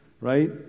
right